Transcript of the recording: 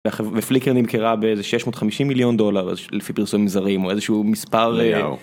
ופליקר נמכרה באיזה 650 מיליון דולר לפי פרסום זרים, או איזשהו מספר.